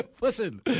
Listen